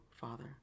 father